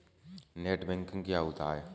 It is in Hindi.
नेट बैंकिंग क्या होता है?